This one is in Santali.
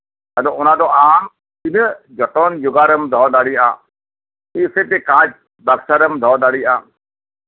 ᱟᱫᱚ ᱚᱱᱟ ᱫᱚ ᱟᱢ ᱛᱤᱱᱟᱹᱜ ᱡᱚᱛᱚᱱ ᱡᱚᱜᱟᱣ ᱨᱮᱢ ᱫᱚᱦᱚ ᱫᱟᱲᱮᱭᱟᱜᱼᱟ ᱢᱤᱫ ᱥᱮᱡ ᱛᱮ ᱠᱟᱸᱪ ᱵᱟᱠᱥᱟ ᱨᱮᱢ ᱫᱚᱦᱚ ᱫᱟᱲᱮᱭᱟᱜᱼᱟ